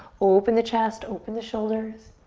open the chest, open the shoulders.